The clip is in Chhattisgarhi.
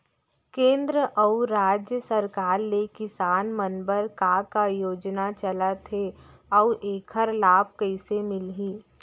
केंद्र अऊ राज्य सरकार ले किसान मन बर का का योजना चलत हे अऊ एखर लाभ कइसे मिलही?